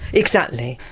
exactly,